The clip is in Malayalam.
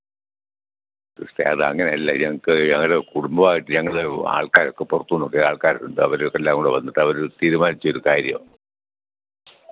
സിസ്റ്ററെ അതങ്ങനെ അല്ല ഞങ്ങൾക്ക് ഞങ്ങളുടെ കുടുംബമായിട്ട് ഞങ്ങൾ ആൾക്കാരൊക്കെ പുറത്തൂന്നക്കെ ആൾക്കാരുണ്ട് അവരെല്ലാം കൂടെ വന്നിട്ട് അവർ തീരുമാനിച്ച ഒരു കാര്യമാണ്